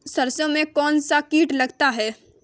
सरसों में कौनसा कीट लगता है?